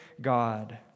God